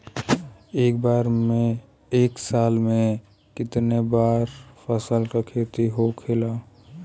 एक साल में कितना बार फसल के खेती होखेला?